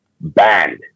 banned